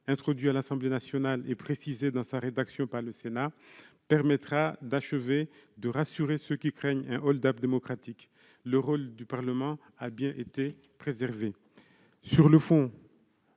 introduit à l'Assemblée nationale et dont la rédaction a été précisée par le Sénat, permettra d'achever de rassurer ceux qui craignent un hold-up démocratique. Le rôle du Parlement a bien été préservé. J'en